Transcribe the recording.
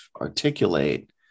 articulate